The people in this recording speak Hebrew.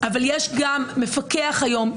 אבל יש גם מפקח היום,